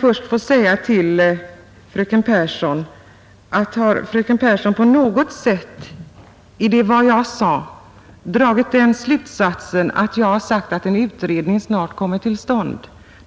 Fru talman! Om fröken Pehrsson av det jag sade dragit den slutsatsen att en utredning snart kommer till stånd,